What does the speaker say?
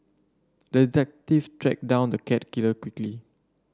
detective tracked down the cat killer quickly